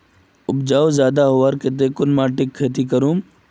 उपजाऊ ज्यादा होबार केते कुन माटित खेती करूम?